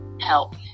help